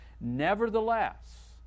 Nevertheless